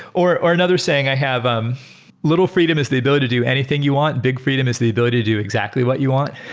or or another saying i have, um little freedom is the ability to do anything you want. big freedom is the ability to do exactly what you want.